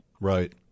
Right